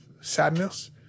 sadness